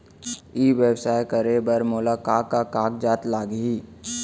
ई व्यवसाय करे बर मोला का का कागजात लागही?